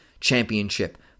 championship